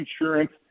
insurance